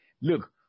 Look